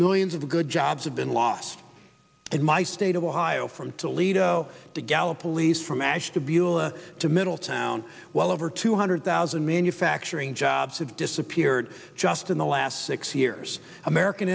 millions of good jobs have been lost in my state of ohio from toledo to gallop police from ash to beulah to middletown well over two hundred thousand manufacturing jobs have disappeared just in the last six years american